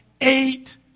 eight